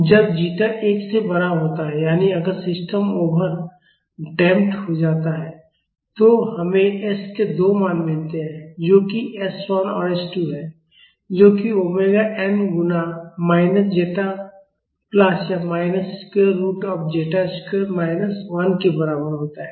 जब जीटा 1 से बड़ा होता है यानी अगर सिस्टम ओवर डैम्प्ड हो जाता है तो हमें s के दो मान मिलते हैं जो कि s 1 और s 2 है जो कि ओमेगा n गुणा माइनस ज़ेटा प्लस या minus square root of zeta square minus 1 के बराबर होता है